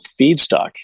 feedstock